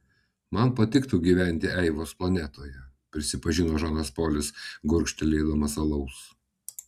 man patiktų gyventi eivos planetoje prisipažino žanas polis gurkštelėdamas alaus